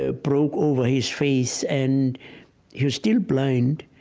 ah broke over his face. and he was still blind,